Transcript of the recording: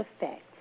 effect